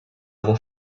able